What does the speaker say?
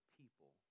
people